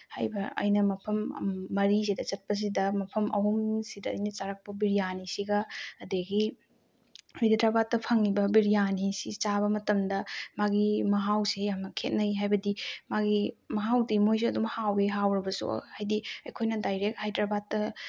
ꯍꯥꯏꯔꯤꯕ ꯑꯩ ꯃꯐꯝ ꯃꯔꯤꯁꯤꯗ ꯆꯠꯄꯁꯤꯗ ꯃꯐꯝ ꯑꯍꯨꯝꯁꯤꯗ ꯑꯩꯅ ꯆꯥꯔꯛꯄ ꯕꯤꯔꯌꯥꯅꯤꯁꯤꯒ ꯑꯗꯒꯤ ꯍꯥꯏꯗ꯭ꯔꯕꯥꯠꯇ ꯐꯪꯉꯤꯕ ꯕꯤꯔꯌꯥꯅꯤꯁꯤ ꯆꯥꯕ ꯃꯇꯝꯗ ꯃꯥꯒꯤ ꯃꯍꯥꯎꯁꯤ ꯌꯥꯝ ꯈꯦꯠꯅꯩ ꯍꯥꯏꯕꯗꯤ ꯃꯥꯒꯤ ꯃꯍꯥꯎꯗꯤ ꯃꯣꯏꯁꯨ ꯑꯗꯨꯝ ꯍꯥꯎꯋꯤ ꯍꯥꯎꯔꯕꯁꯨ ꯍꯥꯏꯗꯤ ꯑꯩꯈꯣꯏꯅ ꯗꯥꯏꯔꯦꯛ ꯍꯥꯏꯗ꯭ꯔꯕꯥꯠꯇ